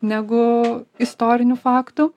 negu istorinių faktų